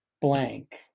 blank